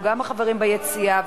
גם החברים ביציע,